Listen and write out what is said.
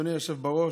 אדוני היושב בראש,